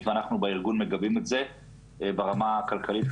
ואנחנו בארגון מגבים את זה ברמה הכלכלית,